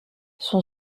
son